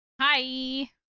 Hi